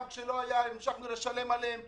גם כשלא היה המשכנו לשלם עליהם.